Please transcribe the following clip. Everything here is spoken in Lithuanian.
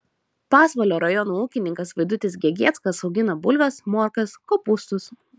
pasvalio rajono ūkininkas vaidutis gegieckas augina bulves morkas kopūstus